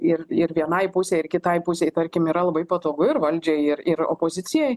ir ir vienai pusei ir kitai pusei tarkim yra labai patogu ir valdžiai ir ir opozicijai